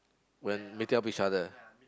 when meeting up each other